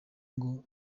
ngo